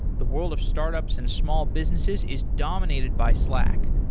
the world of startups and small businesses is dominated by slack,